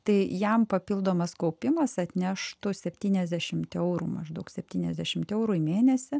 tai jam papildomas kaupimas atneštų septyniasdešimt eurų maždaug septyniasdešimt eurų į mėnesį